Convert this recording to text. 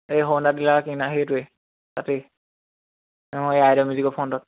এই সৌন্দা ডিলাৰৰ কিনাৰত সেইটোৱে তাতেই অঁ এই আইদেউ মিউজিকৰ ফ্ৰণ্টত